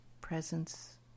presence